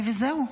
וזהו.